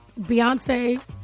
Beyonce